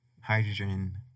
hydrogen